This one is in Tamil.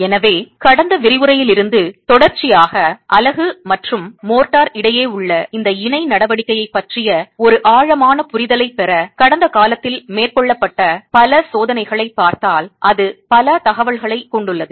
எனவே கடந்த விரிவுரையில் இருந்து தொடர்ச்சியாக அலகு மற்றும் காரை சுண்ணாம்புக் கலவை இடையே உள்ள இந்த இணை நடவடிக்கையை பற்றிய ஒரு ஆழமான புரிதலை பெற கடந்த காலத்தில் மேற்கொள்ளப்பட்ட பல சோதனைகளை பார்த்தால் அது பல தகவல்களை கொண்டுள்ளது